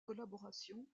collaboration